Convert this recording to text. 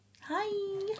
Hi